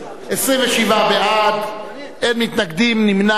27 בעד, אין מתנגדים, נמנע אחד.